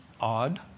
odd